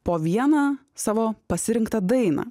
po vieną savo pasirinktą dainą